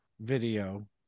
video